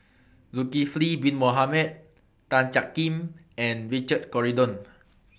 Zulkifli Bin Mohamed Tan Jiak Kim and Richard Corridon